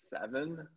seven